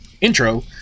intro